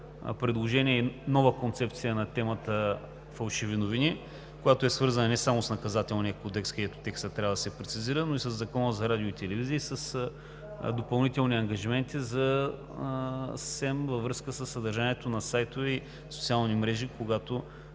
предложения и нова концепция на темата „Фалшиви новини“, която е свързана не само с Наказателния кодекс, където текстът трябва да се прецизира, но и със Закона за радио и телевизия, и с допълнителни ангажименти за СЕМ във връзка със съдържанието на сайтове и социални мрежи, когато